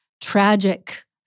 tragic